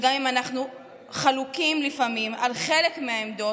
וגם אם אנחנו חלוקים לפעמים על חלק מהעמדות,